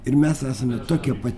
ir mes esame tokie pat